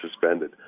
suspended